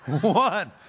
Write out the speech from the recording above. One